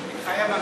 מתחייב אני